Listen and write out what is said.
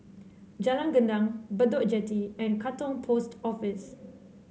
Jalan Gendang Bedok Jetty and Katong Post Office